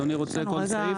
אדוני רוצה לדון בכל סעיף?